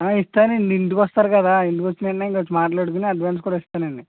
ఇస్తానండి ఇంటికి వస్తారు కదా ఇంటికి వచ్చిన మాట్లాడుకొని అడ్వాన్స్ కూడా ఇస్తానండి